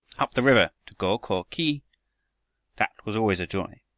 up the river to go-ko-khi! that was always a joy,